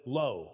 low